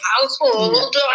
household